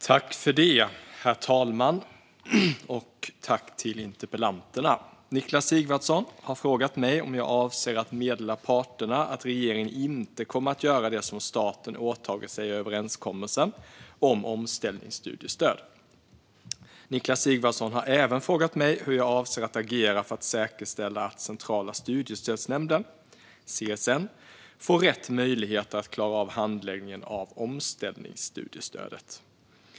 Herr talman! Niklas Sigvardsson har frågat mig om jag avser att meddela parterna att regeringen inte kommer att göra det som staten åtagit sig i överenskommelsen om omställningsstudiestöd. Niklas Sigvardsson har även frågat mig hur jag avser att agera för att säkerställa att Centrala studiestödsnämnden, CSN, får rätt möjligheter att klara av handläggningen av omställningsstudiestödet.